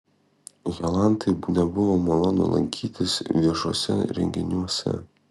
jolantai nebuvo malonu lankytis viešuose renginiuose